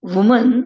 Woman